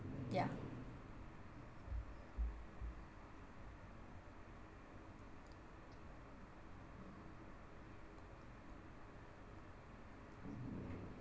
yeah